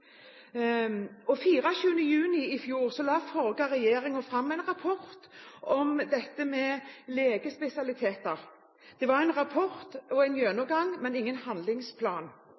juni i fjor la den forrige regjeringen fram en rapport om legespesialiteter. Det var en rapport og en gjennomgang, men ingen handlingsplan.